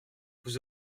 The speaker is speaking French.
vous